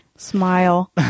Smile